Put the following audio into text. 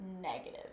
negative